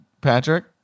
Patrick